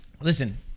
Listen